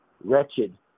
wretched